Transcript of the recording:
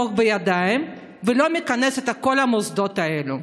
החוק לידיים ולא מכנס את כל המוסדות האלה.